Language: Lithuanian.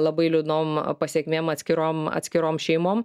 labai liūdnom pasekmėm atskirom atskirom šeimom